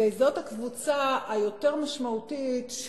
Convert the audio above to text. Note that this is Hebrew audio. וזאת הקבוצה היותר משמעותית,